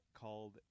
called